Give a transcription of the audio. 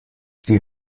die